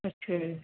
ਅੱਛਾ ਜੀ